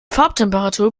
farbtemperatur